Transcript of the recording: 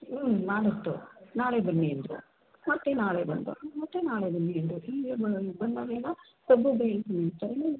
ಹ್ಞೂ ನಾಳೆ ಬನ್ನಿ ಅಂದರು ಮತ್ತೆ ನಾಳೆ ಬಂದೋ ಮತ್ತೆ ನಾಳೆ ಬನ್ನಿ ಅಂದರು ಹೀಗೆ ಬಂದಾಗೆಲ್ಲ ಸಬೂಬು ಹೇಳ್ತಾನೆ ಇರ್ತಾರೆ